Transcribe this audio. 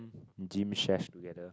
gym together